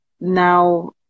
now